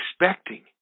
expecting